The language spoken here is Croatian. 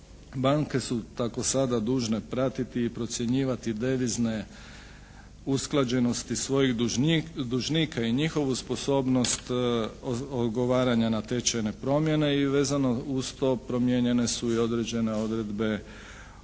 Banke su tako sada dužne pratiti i procjenjivati devizne usklađenosti svojih dužnika i njihovu sposobnost ogovaranja na tečajne promjene i vezano uz to promijenjene su i određene odredbe o